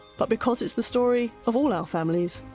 but because it's the story of all our families.